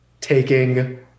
taking